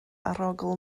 arogl